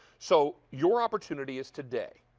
so your opportunity is today.